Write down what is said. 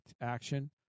action